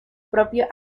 propio